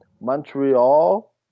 Montreal